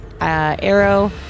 arrow